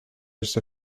just